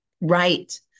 Right